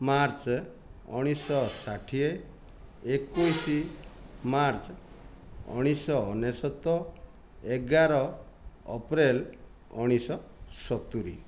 March ଉଣେଇଶ ଶହ ଷାଠିଏ ଏକୋଇଶ ମାର୍ଚ୍ଚ ଉଣେଇଶ ଶହ ଅନେଶ୍ଵତ ଏଗାର ଅପ୍ରେଲ୍ ଉଣେଇଶ ଶହ ସତୁରି